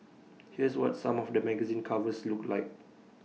here's what some of the magazine covers looked like